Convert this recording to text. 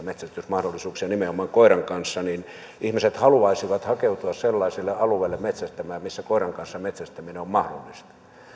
metsästysmahdollisuuksia nimenomaan koiran kanssa että ihmiset haluaisivat hakeutua sellaisille alueille metsästämään missä koiran kanssa metsästäminen on mahdollista ja